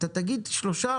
אתה תגיד שלושה,